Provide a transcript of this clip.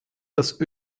das